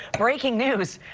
breaking news.